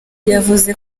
yavuze